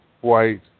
white